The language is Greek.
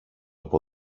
από